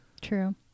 True